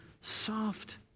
soft